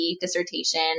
dissertation